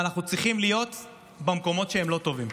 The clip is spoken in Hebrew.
ואנחנו צריכים להיות במקומות שהם לא טובים.